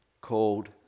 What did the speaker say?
called